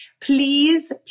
Please